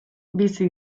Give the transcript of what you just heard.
bizi